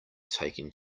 taking